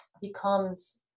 becomes